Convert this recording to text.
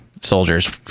soldiers